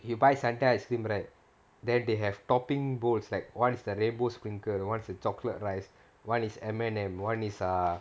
you buy sundae ice cream right then they have topping bowls like one is the rainbow sprinkle one is the chocolate rice [one] is M&M one is err